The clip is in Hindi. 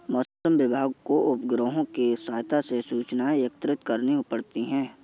मौसम विभाग को उपग्रहों के सहायता से सूचनाएं एकत्रित करनी पड़ती है